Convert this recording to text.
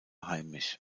heimisch